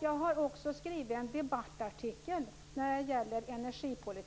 Jag har också skrivit en debattartikel i Värmlands Folkblad